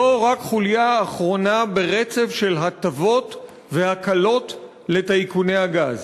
זו רק חוליה אחרונה ברצף של הטבות והקלות לטייקוני הגז.